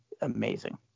amazing